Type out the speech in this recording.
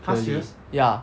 ya